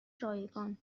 رایگان